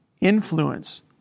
influence